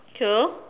true